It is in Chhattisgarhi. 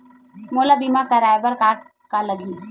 मोला बीमा कराये बर का का लगही?